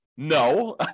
No